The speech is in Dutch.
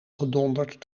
gedonderd